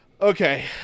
Okay